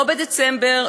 לא בדצמבר,